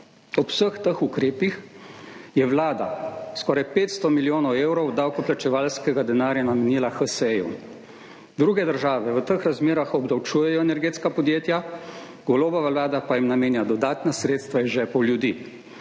Ob vseh teh ukrepih je Vlada skoraj 500 milijonov evrov davkoplačevalskega denarja namenila HSE. Druge države v teh razmerah obdavčujejo energetska podjetja, Golobova vlada pa jim namenja dodatna sredstva iz žepov ljudi